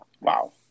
Wow